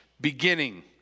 beginning